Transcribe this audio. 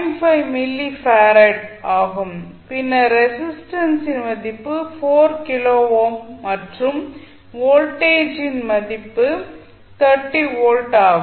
5 millifarad ஆகும் பின்னர் ரெசிஸ்டன்ஸின் மதிப்பு 4 கிலோ ஓம் மற்றும் வோல்டேஜின் 30 வோல்ட் ஆகும்